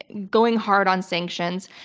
and going hard on sanctions,